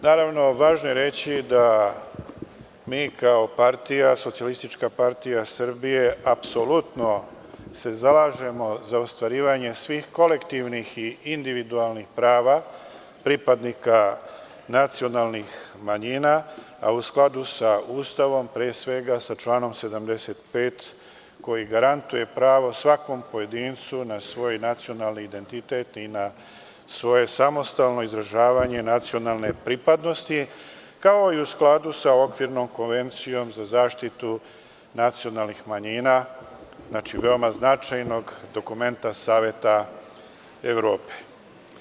Naravno, važno je reći da se mi kao SPS apsolutno zalažemo za ostvarivanje svih kolektivnih i individualnih prava pripadnika nacionalnih manjina, a u skladu sa Ustavom, pre svega sa članom 75. koji garantuje pravo svakom pojedincu na svoj nacionalni identitet i na svoje samostalno izražavanje nacionalne pripadnosti, kao i u skladu sa okvirnom Konvencijom za zaštitu nacionalnih manjina, veoma značajnog dokumenta Saveta Evrope.